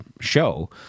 show